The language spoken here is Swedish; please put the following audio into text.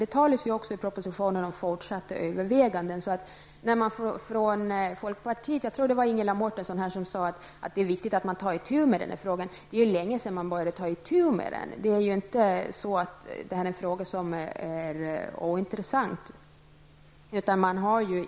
Det talas också i propositionen om fortsatta överväganden. Från folkpartiet sades det -- jag tror att det var Ingela Mårtensson -- att det är viktigt att ta itu med den frågan. Det är länge sedan man började ta itu med den. Det är ju inte en fråga som är ointressant.